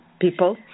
People